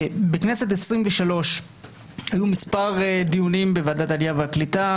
בכנסת העשרים-ושלוש היו מספר דיונים בוועדת העלייה והקליטה,